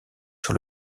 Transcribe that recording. sur